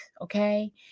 Okay